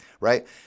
right